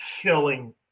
killing